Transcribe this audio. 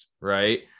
right